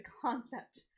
concept